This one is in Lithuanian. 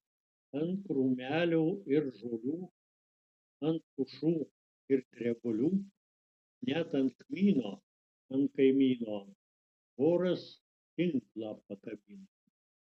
ant krūmelių ir žolių ant pušų ir drebulių net ant kmyno ant kaimyno voras tinklą pakabino